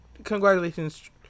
Congratulations